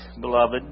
beloved